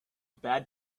bad